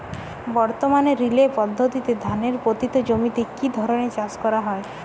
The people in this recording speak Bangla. বর্তমানে রিলে পদ্ধতিতে ধানের পতিত জমিতে কী ধরনের চাষ করা হয়?